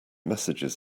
messages